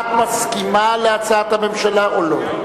את מסכימה להצעת הממשלה, או לא?